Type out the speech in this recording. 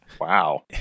Wow